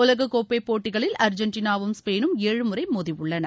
உலகக்கோப்பை போட்டிகளில் அர்ஜென்ட்டினாவும் ஸ்பெயினும் ஏழு முறை மோதியுள்ளன